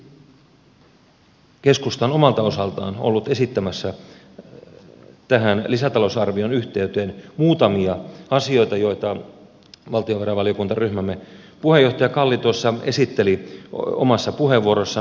siksi keskusta on omalta osaltaan ollut esittämässä tähän lisäta lousarvion yhteyteen muutamia asioita joita valtiovarainvaliokuntaryhmämme puheenjohtaja kalli esitteli omassa puheenvuorossaan